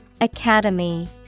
Academy